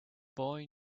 boy